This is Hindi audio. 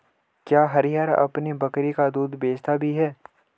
क्या हरिहर अपनी बकरी का दूध बेचता भी है?